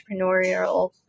entrepreneurial